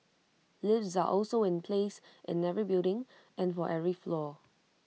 lifts are also in place in every building and for every floor